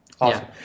Awesome